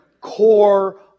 core